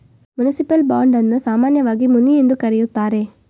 municipal bond ಅನ್ನ ಸಾಮಾನ್ಯವಾಗಿ muni ಎಂದು ಕರೆಯುತ್ತಾರೆ